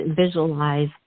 visualize